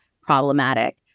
problematic